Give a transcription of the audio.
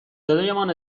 صدایمان